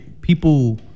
people